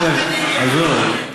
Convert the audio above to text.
טוב, עזוב.